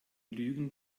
lügen